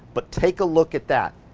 but take a look at that.